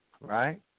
Right